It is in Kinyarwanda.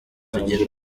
tugira